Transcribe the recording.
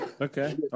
okay